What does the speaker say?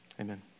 amen